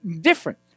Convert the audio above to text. different